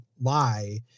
lie